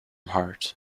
heart